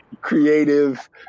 creative